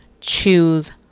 choose